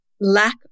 lack